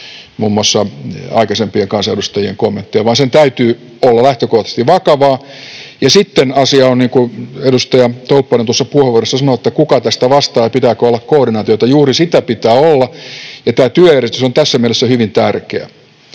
muun muassa aikaisempien kansanedustajien kommentteja, vaan sen täytyy olla lähtökohtaisesti vakavaa. Ja sitten asia on niin kuin edustaja Tolvanen tuossa puheenvuorossaan kysyi, että kuka tästä vastaa ja pitääkö olla koordinaatiota. Juuri sitä pitää olla, ja tämä työjärjestys on tässä mielessä hyvin tärkeä.